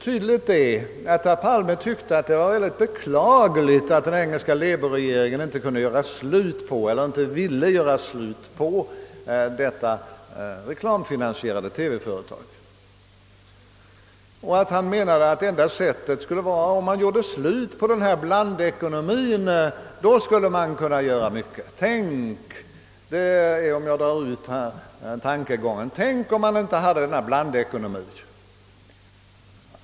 Tydligt är att herr Palme tyckte att det var synnerligen beklagligt att den engelska labourregeringen inte kunde eller ville göra slut på detta reklamfinansierade TV-företag och att han menade, att en utväg vore att avskaffa blandekonomien. Då skulle man kunna göra mycket. Tänk — för att dra ut herr Palmes resonemang — om man inte hade denna blandekonomi!